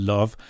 Love